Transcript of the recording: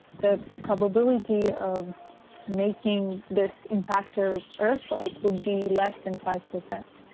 the probability of making this impactor earth-like would be less than five percent.